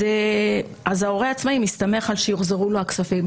אז ההורה העצמאי מסתמך על כך שיוחזרו לו הכספים.